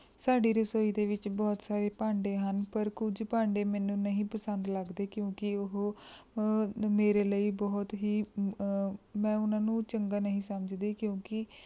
ਸਾਡੀ ਰਸੋਈ ਦੇ ਵਿੱਚ ਬਹੁਤ ਸਾਰੇ ਭਾਂਡੇ ਹਨ ਪਰ ਕੁਝ ਭਾਂਡੇ ਮੈਨੂੰ ਨਹੀਂ ਪਸੰਦ ਲੱਗਦੇ ਕਿਉਂਕਿ ਉਹ ਮੇਰੇ ਲਈ ਬਹੁਤ ਹੀ ਮੈਂ ਉਨ੍ਹਾਂ ਨੂੰ ਚੰਗਾ ਨਹੀਂ ਸਮਝਦੀ ਕਿਉਂਕਿ